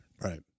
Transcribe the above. Right